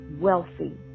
wealthy